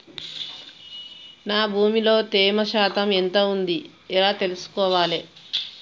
నా భూమి లో తేమ శాతం ఎంత ఉంది ఎలా తెలుసుకోవాలే?